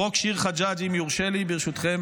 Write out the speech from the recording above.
"חוק שיר חגאג'", אם יורשה לי ברשותכם